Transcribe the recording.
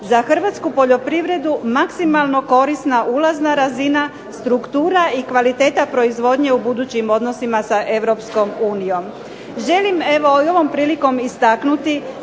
za hrvatsku poljoprivredu maksimalno korisna ulazna razina, struktura i kvaliteta proizvodnje u budućim odnosima sa EU. Želim evo i ovom prilikom istaknuti